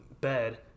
bed